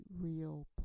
real